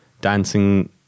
dancing